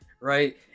right